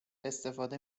استفاده